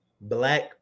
black